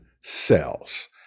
cells